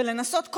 ולנסות,